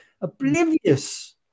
oblivious